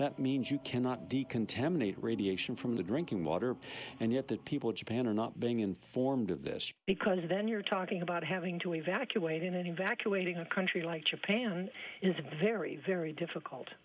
that means you cannot decontaminate radiation from the drinking water and yet the people japan are not being informed of this because then you're talking about having to evacuating evacuating a country like japan is very very difficult